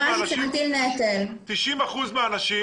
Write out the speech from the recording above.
90 אחוזים מהאנשים